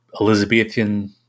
Elizabethan